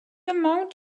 amount